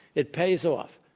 it pays off.